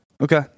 Okay